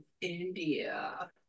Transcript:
India